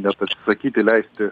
net atsisakyti leisti